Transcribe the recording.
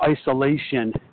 isolation